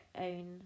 own